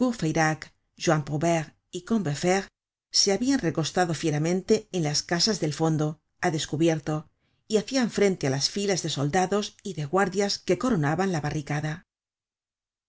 juan prouvaire y combeferre se habian recostado fieramente en las casas del fondo á descubierto y hacian frente á las filas de soldados y de guardias que coronaban la barricada todo